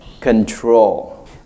control